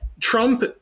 Trump